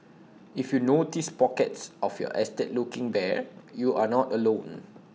if you notice pockets of your estate looking bare you are not alone